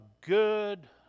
good